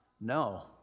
No